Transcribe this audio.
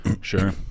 Sure